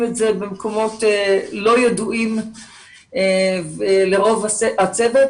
את זה במקומות לא ידועים לרוב הצוות,